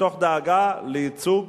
מתוך דאגה לייצוג